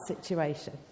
situation